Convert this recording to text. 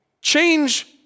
change